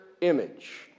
image